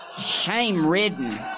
shame-ridden